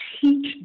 teach